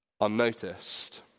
unnoticed